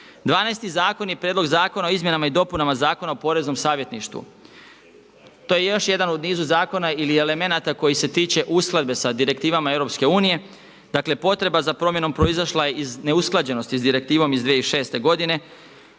zakon je Prijedlog zakona o izmjenama i dopunama Zakona o poreznom savjetništvu. To je još jedan u nizu zakona ili elemenata koji se tiče uskladbe sa direktivama EU. Dakle potreba za promjenom proizašla je iz neusklađenosti s direktivom iz 2006. godine